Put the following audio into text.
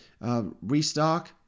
restock